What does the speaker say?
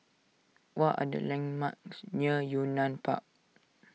what are the landmarks near Yunnan Park